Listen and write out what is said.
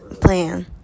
plan